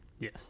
yes